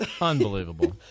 unbelievable